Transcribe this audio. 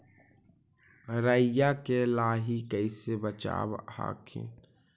राईया के लाहि कैसे बचाब हखिन?